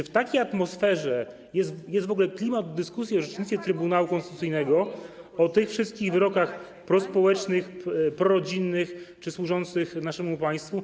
Czy w takiej atmosferze jest w ogóle klimat do dyskusji o orzecznictwie Trybunału Konstytucyjnego, o tych wszystkich wyrokach prospołecznych, prorodzinnych czy służących naszemu państwu?